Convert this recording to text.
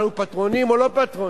אנחנו פטרונים או לא פטרונים?